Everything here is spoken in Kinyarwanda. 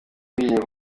ubwigenge